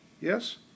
Yes